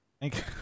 thank